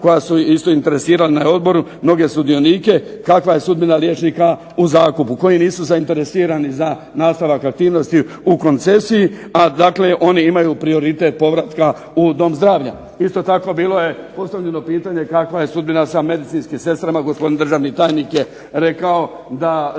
koja su isto interesirala na odboru mnoge sudionike kakva je sudbina liječnika u zakupu koji nisu zainteresirani za nastavak aktivnosti u koncesiji a dakle oni imaju prioritet povratka u dom zdravlja. Isto tako bilo je postavljeno pitanje kakva je sudbina sa medicinskim sestrama. Gospodin državni tajnik je rekao da